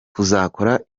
kuzakora